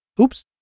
oops